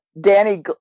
Danny